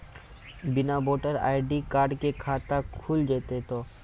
बिना voter ID card के खाता खुल जैते तो?